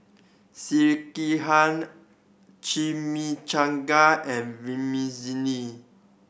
Sekihan Chimichanga and Vermicelli